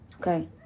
Okay